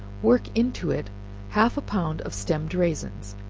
work into it half a pound of stemmed raisins,